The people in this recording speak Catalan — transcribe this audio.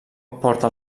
porta